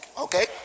okay